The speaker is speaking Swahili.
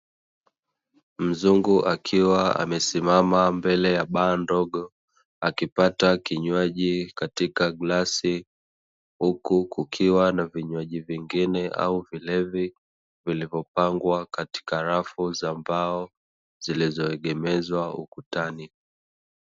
Mzungu akiwa amesimama mbele ya baa ndogo, akipata kinywaji katika glasi, huku kukiwa na vinywaji vingine au vilevi, vilivyopangwa katika rafu za mbao, zilizoegemezwa ukutani.